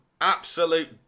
Absolute